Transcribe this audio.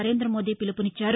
నరేందమోదీ పిలుపునిచ్చారు